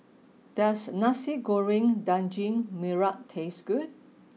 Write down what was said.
does Nasi Goreng Daging Merah taste good